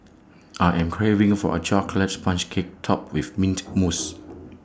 I am craving for A Chocolate Sponge Cake Topped with Mint Mousse